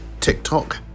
tiktok